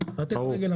לתת יד.